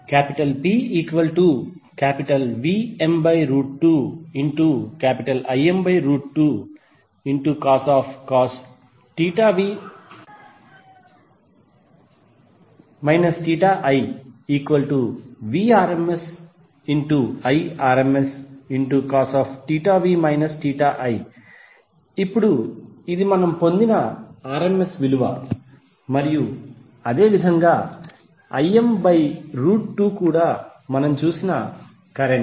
PVm2Im2cos v i Vrms Irmscosv i ఇప్పుడు ఇది మనం పొందిన rms విలువ మరియు అదేవిధంగా im బై రూట్ 2 కూడా మనం చూసిన rms కరెంట్